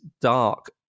dark